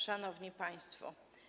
Szanowni Państwo!